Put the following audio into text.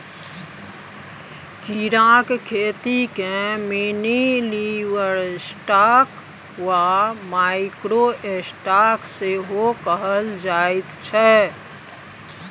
कीड़ाक खेतीकेँ मिनीलिवस्टॉक वा माइक्रो स्टॉक सेहो कहल जाइत छै